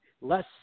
less